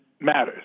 matters